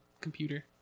computer